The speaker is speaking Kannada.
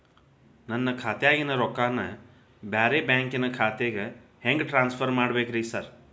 ನನ್ನ ಖಾತ್ಯಾಗಿನ ರೊಕ್ಕಾನ ಬ್ಯಾರೆ ಬ್ಯಾಂಕಿನ ಖಾತೆಗೆ ಹೆಂಗ್ ಟ್ರಾನ್ಸ್ ಪರ್ ಮಾಡ್ಬೇಕ್ರಿ ಸಾರ್?